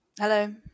Hello